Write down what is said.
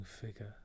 figure